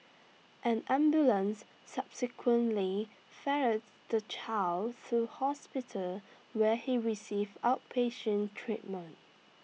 an ambulance subsequently ferried the child to hospital where he received outpatient treatment